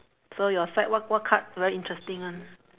so your side what what card very interesting [one]